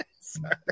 Sorry